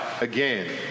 again